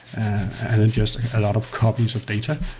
and then just a lot of copies of data.